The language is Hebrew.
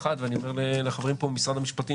חברים פה ממשרד המשפטים,